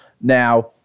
Now